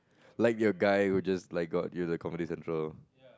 like your guy who just like got use community center